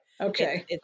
okay